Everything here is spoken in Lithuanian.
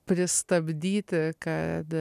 pristabdyti kad